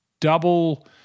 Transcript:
double